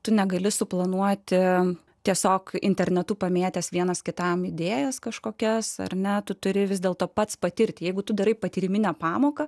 tu negali suplanuoti tiesiog internetu pamėtęs vienas kitam idėjas kažkokias ar net turi vis dėlto pats patirti jeigu tu darai patyriminę pamoką